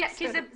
כי זה בנוי.